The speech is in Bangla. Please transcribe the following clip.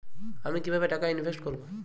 আমি কিভাবে টাকা ইনভেস্ট করব?